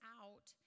out